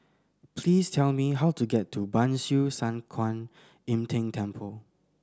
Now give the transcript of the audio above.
please tell me how to get to Ban Siew San Kuan Im Tng Temple